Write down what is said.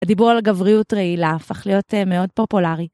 הדיבור על גבריות רעילה הפך להיות מאוד פופולרי.